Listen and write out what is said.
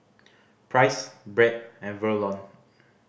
Price Bret and Verlon